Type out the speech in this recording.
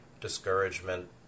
discouragement